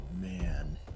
man